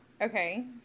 Okay